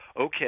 Okay